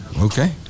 Okay